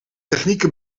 technieken